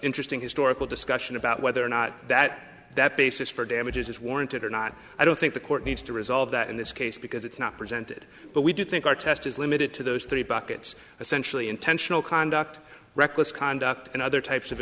interesting historical discussion about whether or not that that basis for damages is warranted or not i don't think the court needs to resolve that in this case because it's not presented but we do think our test is limited to those three buckets essentially intentional conduct reckless conduct and other types of